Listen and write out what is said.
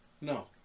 No